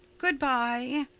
good-bye,